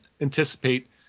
anticipate